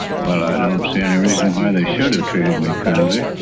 well, i don't see any reason why they should have treated me kindly.